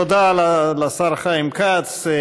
תודה לשר חיים כץ.